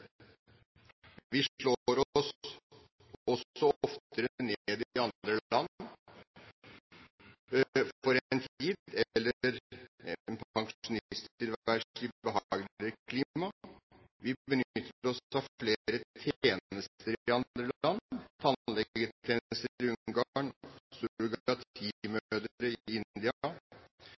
Vi slår oss også oftere ned i andre land, for en tid eller for en pensjonisttilværelse i behageligere klima. Vi benytter oss av flere tjenester